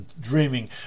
dreaming